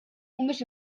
mhumiex